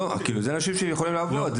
אלו אנשים שיכולים לעבוד.